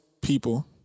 people